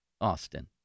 Austin